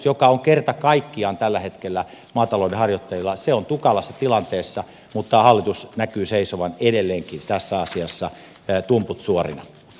se on kerta kaikkiaan tällä hetkellä maatalouden harjoittajilla tukalassa tilanteessa mutta hallitus näkyy seisovan edelleenkin tässä asiassa tumput suorina